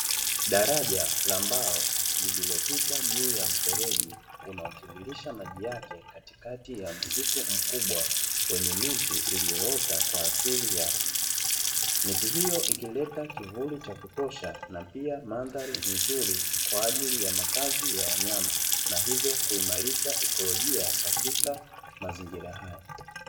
Daraja la mbao lililopita juu ya mfereji unaotiririsha maji yake katikati ya msitu mkubwa wenye miti iliyoota kwa asili yake. Miti hiyo ikileta kivuli cha kutosha na pia mandhari nzuri kwa ajili ya makazi ya wanyama, na hivyo kuimarisha ikolojia katika mazingira haya.